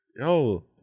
Yo